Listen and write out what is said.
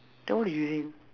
then what you using